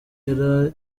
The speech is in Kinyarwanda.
yari